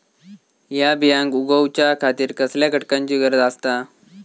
हया बियांक उगौच्या खातिर कसल्या घटकांची गरज आसता?